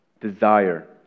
desire